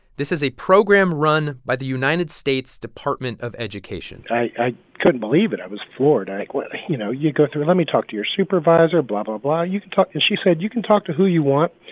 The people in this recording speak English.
this is a program run by the united states department of education i couldn't believe it. i was floored. and i, like, went you know, you go through let me talk to your supervisor, blah, blah, blah. you can talk to she said you can talk to who you want.